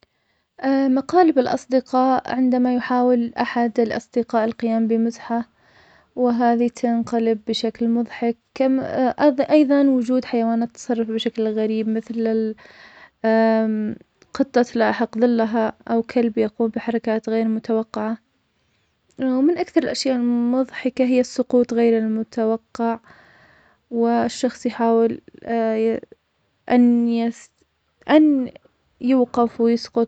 مقالب الأصدقاء عندما يحاول أحد الأصدقاء القيام بمزحة, وهذي تنقلب بشكل مضحك, كم- ا- أيضاً وجود حيوانت تتصرف بشكل غريب, مثل ال قطة تلاحق ظلها, أو كلب يقوم بحركات غيرمتوقعة, ومن أكثر الأشياء المضحكة هي السقوط غير المتوقع, والشخص يحاول ي- أن يستع- أن يوقف ويسقط.